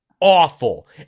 awful